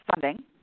funding